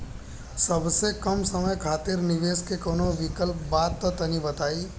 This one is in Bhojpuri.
सबसे कम समय खातिर निवेश के कौनो विकल्प बा त तनि बताई?